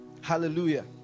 Hallelujah